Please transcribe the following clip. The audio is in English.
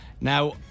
Now